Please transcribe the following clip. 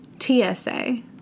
TSA